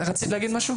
רצית להגיד משהו?